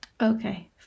Okay